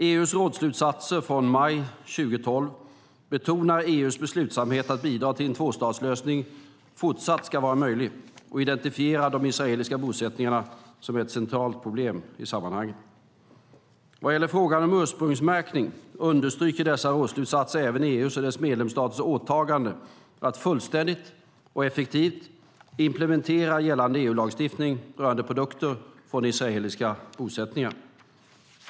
EU:s rådsslutsatser från maj 2012 betonar EU:s beslutsamhet att bidra till att en tvåstatslösning fortsatt ska vara möjlig och identifierar de israeliska bosättningarna som ett centralt problem i sammanhanget. Vad gäller frågan om ursprungsmärkning understryker dessa rådsslutsatser även EU:s och dess medlemsstaters åtagande att fullständigt och effektivt implementera gällande EU-lagstiftning rörande produkter från israeliska bosättningar.